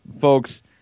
folks